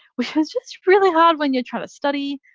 which is just really hard when you're trying to study,